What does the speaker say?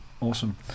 Awesome